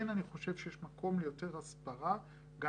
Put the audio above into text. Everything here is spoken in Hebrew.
כן אני חושב שיש מקום ליותר הסברה גם